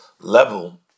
level